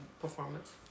performance